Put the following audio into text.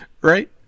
Right